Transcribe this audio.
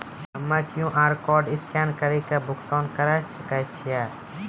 हम्मय QR code scan कड़ी के भुगतान करें सकय छियै?